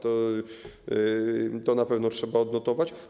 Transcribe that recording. To na pewno trzeba odnotować.